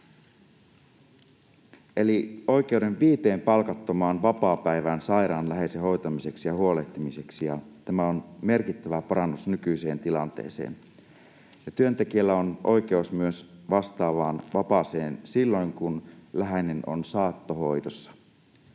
eli oikeuden viiteen palkattomaan vapaapäivään sairaan läheisen hoitamiseksi ja huolehtimiseksi, ja tämä on merkittävä parannus nykyiseen tilanteeseen. Työntekijällä on oikeus vastaavaan vapaaseen myös silloin, kun läheinen on saattohoidossa: